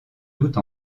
doute